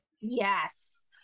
Yes